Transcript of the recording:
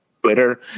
Twitter